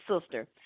sister